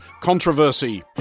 controversy